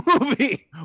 movie